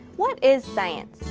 what is science?